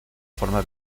forma